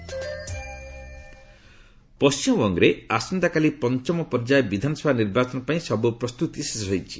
assembly election ପଶ୍ଚିମବଙ୍ଗରେ ଆସନ୍ତାକାଲି ପଞ୍ଚମ ପର୍ଯ୍ୟାୟ ବିଧାନସଭା ନିର୍ବାଚନ ପାଇଁ ସବୁ ପ୍ରସ୍ତୁତି ଶେଷ ହୋଇଛି